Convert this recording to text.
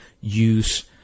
use